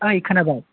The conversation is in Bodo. ऐ खोनाबाय